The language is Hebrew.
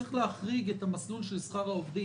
צריך להחריג את המסלול של שכר העובדים.